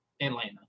Atlanta